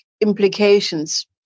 implications